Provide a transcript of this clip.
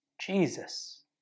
Jesus